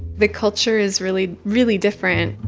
the culture is really, really different.